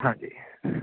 ਹਾਂਜੀ